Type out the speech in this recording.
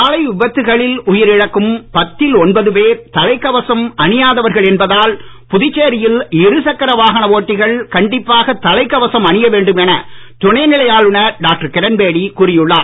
சாலை விபத்துக்களில் உயிரிழக்கும் பத்தில் ஒன்பது பேர் தலைக்கவசம் அணியாதவர்கள் என்பதால் புதுச்சேரியில் இருசக்கர வாகன ஓட்டிகள் கண்டிப்பாக தலைக்கவசம் அணிய வேண்டும் என துணை நிலை ஆளுநர் டாக்டர் கிரண்பேடி கூறியுள்ளார்